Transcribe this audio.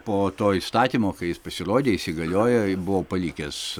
po to įstatymo kai jis pasirodė įsigaliojo buvau palikęs